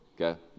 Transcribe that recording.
Okay